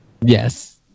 Yes